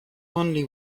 only